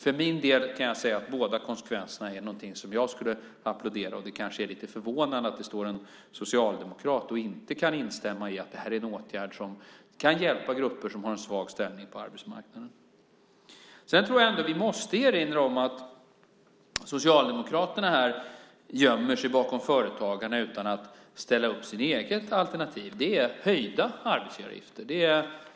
För min del kan jag säga att båda konsekvenserna är något som jag skulle applådera. Det kanske är lite förvånande att det står en socialdemokrat och inte kan instämma i att detta är en åtgärd som kan hjälpa grupper som har en svag ställning på arbetsmarknaden. Vi måste nog också erinra om att Socialdemokraterna här gömmer sig bakom företagarna utan att ställa upp sitt eget alternativ. Ert alternativ är höjda arbetsgivaravgifter.